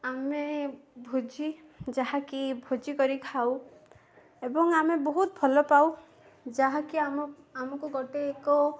ଆମେ ଭୋଜି ଯାହାକି ଭୋଜି କରି ଖାଉ ଏବଂ ଆମେ ବହୁତ ଭଲ ପାଉ ଯାହାକି ଆମ ଆମକୁ ଗୋଟେ ଏକ